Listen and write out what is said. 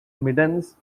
middens